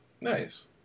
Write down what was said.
nice